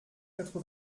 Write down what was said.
quatre